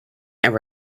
and